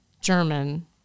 German